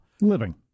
Living